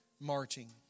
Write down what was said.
marching